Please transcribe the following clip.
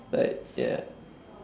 like ya